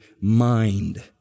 mind